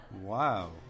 Wow